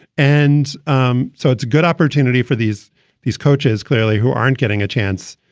and um so it's a good opportunity for these these coaches clearly who aren't getting a chance